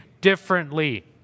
differently